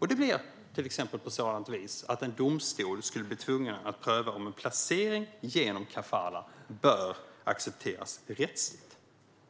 Då blir det till exempel så att en domstol skulle bli tvungen att pröva om en placering genom kafalah bör accepteras rättsligt.